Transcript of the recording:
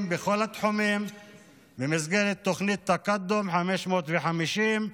בכל התחומים במסגרת תוכנית תקאדום 550,